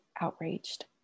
outraged